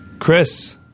Chris